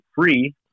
free